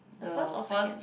the first or second